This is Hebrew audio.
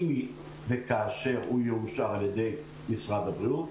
אם וכאשר הוא יאושר על-ידי משרד הבריאות,